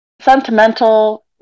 sentimental